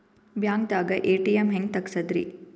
ಬ್ಯಾಂಕ್ದಾಗ ಎ.ಟಿ.ಎಂ ಹೆಂಗ್ ತಗಸದ್ರಿ?